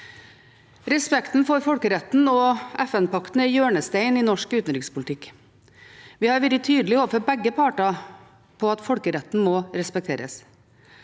Respekten for folkeretten og FN-pakten er hjørnesteinen i norsk utenrikspolitikk. Vi har vært tydelige overfor begge parter om at folkeretten må respekteres.